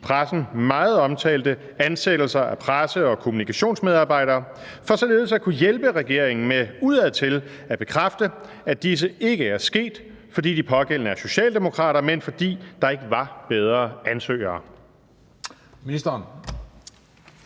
i pressen meget omtalte ansættelser af presse- og kommunikationsmedarbejdere for således at kunne hjælpe regeringen med udadtil at bekræfte, at disse ikke er sket, fordi de pågældende er socialdemokrater, men fordi der ikke var bedre ansøgere?